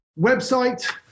website